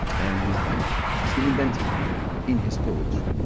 and he's right because he invented it in his poetry.